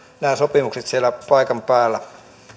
nämä sopimukset siellä paikan päällä